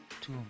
Two